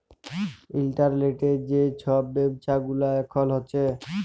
ইলটারলেটে যে ছব ব্যাব্ছা গুলা এখল হ্যছে